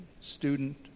student